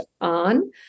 on